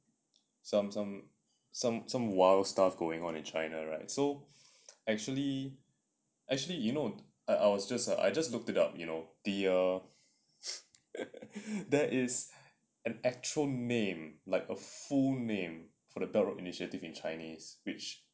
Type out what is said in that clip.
some some some some wild stuff going on in china right so actually actually you know I I was just like I just looked it up you know there is an actual name like a full name for the belt road initiative in chinese which